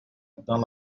dans